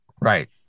right